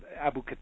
Abu